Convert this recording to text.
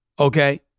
okay